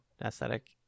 aesthetic